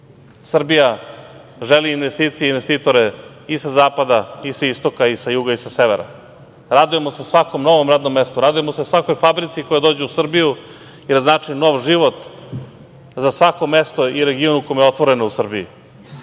želi investicije i investitore i sa zapada i sa istoka, i sa juga i sa severa. Radujemo se svakom novom radnom mestu. Radujemo se svakoj fabrici koja dođe u Srbiju, jer znači nov život za svako mesto i region u kome je otvorena u Srbiji. Svaka